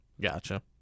Gotcha